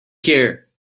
here